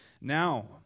Now